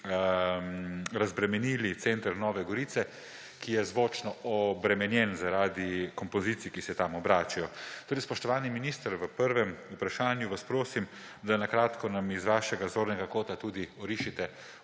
razbremenili center Nove Gorice, ki je zvočno obremenjen zaradi kompozicij, ki se tam obračajo. Spoštovani minister, v prvem vprašanju vas prosim, da nam na kratko z vašega zornega kota tudi orišete: